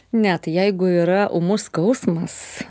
net jeigu yra ūmus skausmas